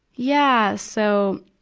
yeah. so,